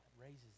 raises